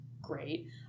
great